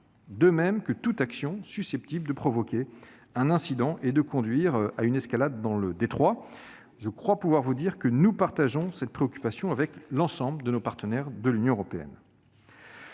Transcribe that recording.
de même que toute action susceptible de provoquer un incident et de conduire à une escalade dans le détroit. Je crois pouvoir vous dire que nous partageons cette préoccupation avec l'ensemble de nos partenaires de l'Union européenne.